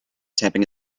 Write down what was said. tapping